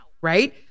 right